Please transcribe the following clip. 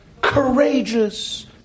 courageous